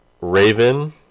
Raven